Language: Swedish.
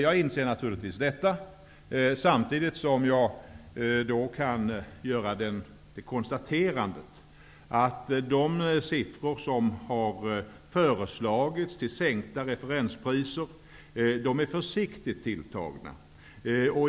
Jag inser naturligtvis detta samtidigt som jag kan konstatera att den sänkning av referenspriset som föreslagits är försiktigt tilltagen.